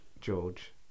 George